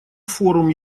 форум